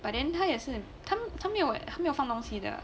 but then 他也是他他没有他没有放东西的